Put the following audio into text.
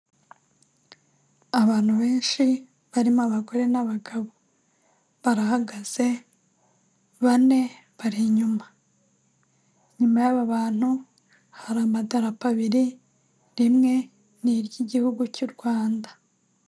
Abantu benshi, barimo abagore n'abagabo, barahagaze, bane bari inyuma. Inyuma y'aba bantu hari amadarapo abiri, rimwe ni iry'igihugu cy'u Rwanda.